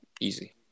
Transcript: easy